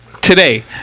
Today